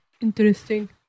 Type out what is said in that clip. Interesting